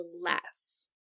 less